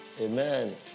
Amen